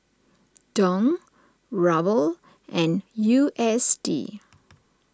Dong Ruble and U S D